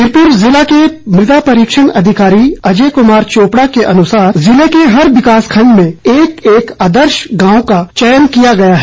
हमीरपुर ज़िला के मदा परीक्षण अधिकारी अजय कमार चोपड़ा के अनुसार जिले के हर विकास खंड में एक मॉडल गांव का चयन किया गया है